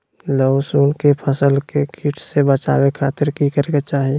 लहसुन के फसल के कीट से बचावे खातिर की करे के चाही?